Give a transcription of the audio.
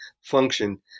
function